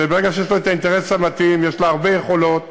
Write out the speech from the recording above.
וברגע שיש לה אינטרס מתאים יש לה הרבה יכולות,